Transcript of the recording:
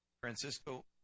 Francisco